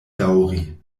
daŭri